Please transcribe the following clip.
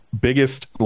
biggest